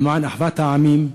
למען אחוות העמים,